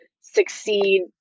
succeed